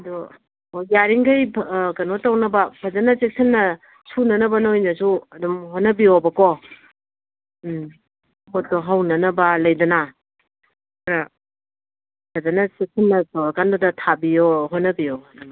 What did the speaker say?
ꯑꯗꯨ ꯍꯣꯏ ꯌꯥꯔꯤꯈꯩ ꯀꯩꯅꯣ ꯇꯧꯅꯕ ꯐꯖꯅ ꯆꯦꯛꯁꯤꯟꯅ ꯁꯨꯅꯅꯕ ꯅꯣꯏꯅꯁꯨ ꯑꯗꯨꯝ ꯍꯣꯠꯅꯕꯤꯔꯣꯕꯀꯣ ꯎꯝ ꯄꯣꯠꯇꯣ ꯍꯧꯅꯅꯕ ꯂꯩꯗꯅ ꯈꯔ ꯐꯖꯅ ꯆꯦꯛꯁꯤꯟꯅ ꯇꯧꯔ ꯀꯥꯟꯗꯨꯗ ꯊꯥꯕꯤꯑꯣ ꯍꯣꯠꯅꯕꯤꯑꯣ ꯑꯗꯨꯃꯥꯏꯅ